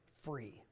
free